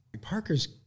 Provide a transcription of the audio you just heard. Parker's